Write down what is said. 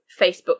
Facebook